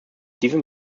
diesem